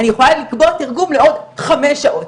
אני יכולה לקבוע תרגום לעוד חמש שעות.